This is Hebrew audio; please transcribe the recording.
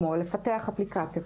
כמו לפתח אפליקציה,